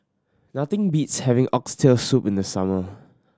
nothing beats having Oxtail Soup in the summer